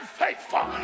faithful